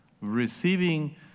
receiving